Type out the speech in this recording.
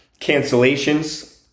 Cancellations